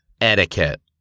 etiquette